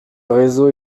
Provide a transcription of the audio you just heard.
réseau